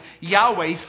Yahweh